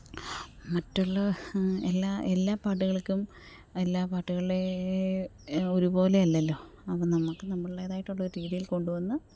മറ്റുള്ള എല്ലാ എല്ലാ പാട്ടുകൾ എല്ലാ പാട്ടുകളേ ഒരുപോലെ അല്ലല്ലോ അപ്പോൾ നമുക്ക് നമ്മളുടേതായിട്ടുള്ള രീതിയിൽ കൊണ്ടു വന്ന്